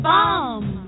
Bomb